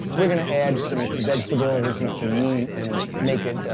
we're gonna add some vegetables and some meat and make it, ah,